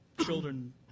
children